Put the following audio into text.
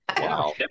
Wow